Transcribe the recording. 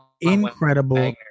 incredible